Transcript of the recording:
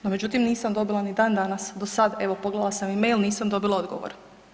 No, međutim, nisam dobila ni dan-danas, do sad, evo, pogledala sam i mail, nisam dobila odgovor.